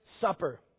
supper